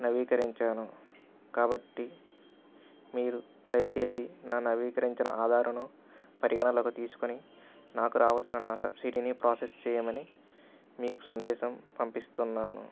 నవీకరించాను కాబట్టి మీరు దయచేసి నా నవీకరించిన ఆధారును పరిగణలకు తీసుకొని నాకు రావలసిన నా సబ్సీడీని ప్రాసెస్ చేయమని మీకు సందేశం పంపిస్తున్నాను